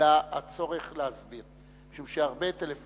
אלא הצורך להסביר, משום שקיבלנו הרבה טלפונים